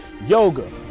yoga